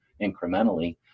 incrementally